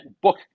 book